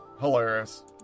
Hilarious